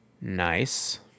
nice